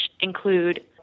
include